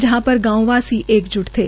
जहां पर गांव वासी एकज्ट थे